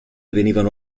venivano